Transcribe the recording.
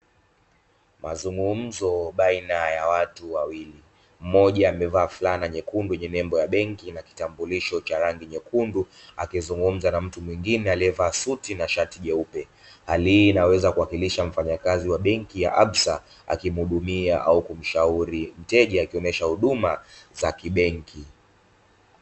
Mazungumzo baina ya watu wawili; mmoja amevaa fulana nyekundu yenye nembo ya benki na kitambulisho cha rangi nyekundu, akizungumza na mtu mwingine aliyevaa suti na shati jeupe. Hali hii inaweza kuwakilisha mfanyakazi wa benki ya ''absa'' akimhudumia au kumshauri mteja, akimuonyesha huduma za kibenki.